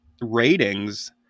ratings